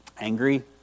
Angry